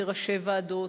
כראשי ועדות,